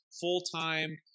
full-time